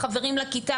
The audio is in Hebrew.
החברים לכיתה,